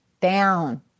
down